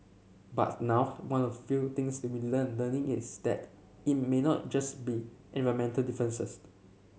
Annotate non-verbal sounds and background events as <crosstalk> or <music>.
but now one of the few things we are learn learning is that it may not just be environmental <unintelligible>